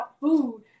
food